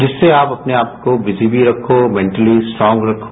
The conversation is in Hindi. जिससे आप अपने आप को बिजी भी रखो मेंटली स्ट्रांग रखो